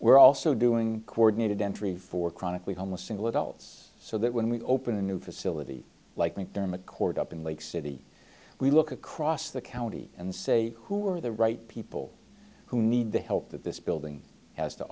we're also doing coordinated entry for chronically homeless single adults so that when we open a new facility like macdermot court up in lake city we look across the county and say who are the right people who need the help that this building has to